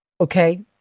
Okay